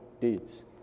deeds